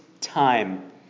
time